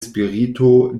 spirito